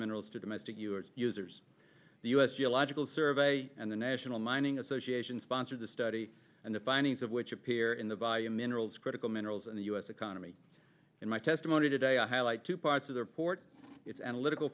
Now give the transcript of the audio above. minerals to domestic viewers users the u s geological survey and the national mining association sponsored the study and the findings of which appear in the volume minerals critical minerals in the u s economy in my testimony today i highlight two parts of the report its analytical